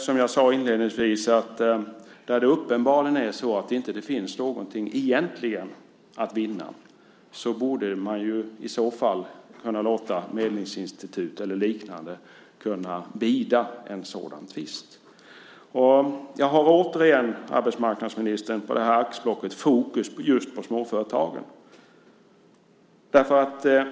Som jag sade inledningsvis borde man, där det uppenbarligen egentligen inte finns någonting att vinna, kunna låta medlingsinstitut eller liknande bida en sådan tvist. Jag har återigen, arbetsmarknadsministern, när det gäller det här axplocket fokus just på småföretagen.